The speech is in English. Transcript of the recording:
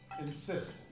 insist